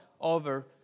over